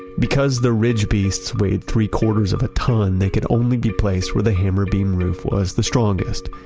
because the ridge beasts weighed three-quarters of a ton, they could only be placed where the hammer-beam roof was the strongest.